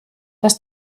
dass